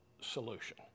solution